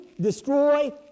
destroy